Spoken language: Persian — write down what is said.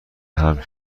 حمل